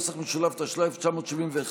התשל"א 1971,